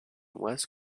west